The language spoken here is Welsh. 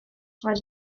roedd